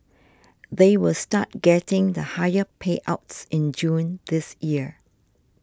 they will start getting the higher payouts in June this year